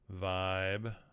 vibe